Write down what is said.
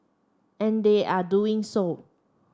and they are doing so